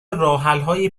راهحلهای